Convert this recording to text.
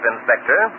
Inspector